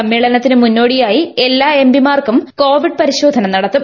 സമ്മേളനത്തിന് മുന്നോടിയായി എല്ലാ എംപി മാർക്കും കോപ്പിയ് പരിശോധന നടത്തും